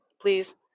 please